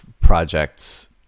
projects